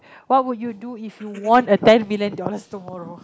what would you do if you won a ten million dollars tomorrow